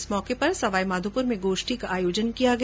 इस मौके पर सवाईमाधोपुर में गोष्ठी का आयोजन किया गया